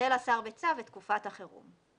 יבטל השר בצו, את תקופת החירום".